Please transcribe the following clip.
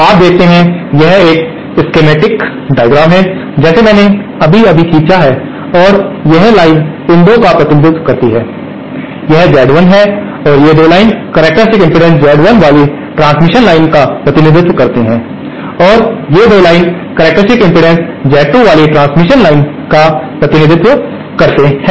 आप देखते हैं यह एक स्कीमएटइक डायग्राम है जिसे मैंने अभी अभी खींचा है और यह लाइन इन 2 का प्रतिनिधित्व करती है यह Z1 है और ये 2 लाइन्स करक्टेरिस्टिक्स इम्पीडेन्स Z1 वाली ट्रांसमिशन लाइन्स का प्रतिनिधित्व करती हैं और ये 2 लाइन्स करक्टेरिस्टिक्स इम्पीडेन्स Z2 वाली ट्रांसमिशन लाइन्स का प्रतिनिधित्व करती हैं